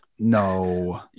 No